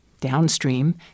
Downstream